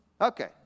Okay